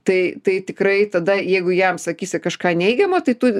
tai tai tikrai tada jeigu jam sakysi kažką neigiamo tai tu